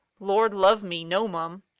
lord love me, no, mum!